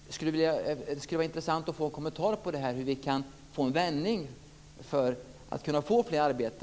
Det skulle vara intressant att få en kommentar till det och hur vi ska få en vändning för att kunna få fler i arbete.